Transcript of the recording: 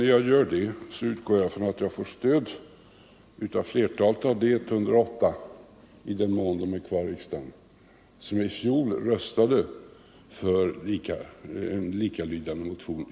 När "jag gör det utgår jag från att jag får stöd av flertalet av de 108 ledamöter — i den mån de är kvar i riksdagen — som i fjol röstade för en i stort sett likalydande motion.